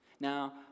Now